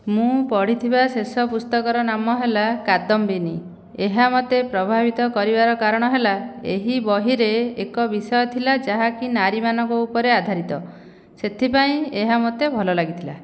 ମୁଁ ପଢ଼ିଥିବା ଶେଷ ପୁସ୍ତକର ନାମ ହେଲା କାଦମ୍ବିନୀ ଏହା ମୋତେ ପ୍ରଭାବିତ କରିବାର କାରଣ ହେଲା ଏହି ବହିରେ ଏକ ବିଷୟ ଥିଲା ଯାହାକି ନାରୀମାନଙ୍କ ଉପରେ ଆଧାରିତ ସେଥିପାଇଁ ଏହା ମୋତେ ଭଲ ଲାଗିଥିଲା